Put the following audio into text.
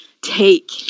take